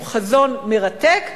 הוא חזון מרתק,